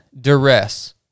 duress